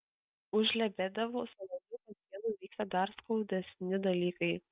už lebedevų saloniuko sienų vyksta dar skaudesni dalykai